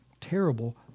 terrible